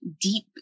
deep